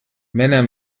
männer